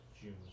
June